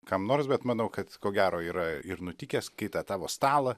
kam nors bet manau kad ko gero yra ir nutikęs kai tą tavo stalą